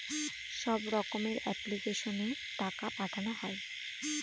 সব রকমের এপ্লিক্যাশনে টাকা পাঠানো হয়